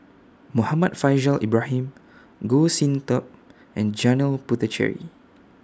Muhammad Faishal Ibrahim Goh Sin Tub and Janil Puthucheary